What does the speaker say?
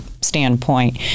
standpoint